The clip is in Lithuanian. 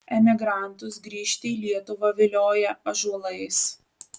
emigrantus grįžti į lietuvą vilioja ąžuolais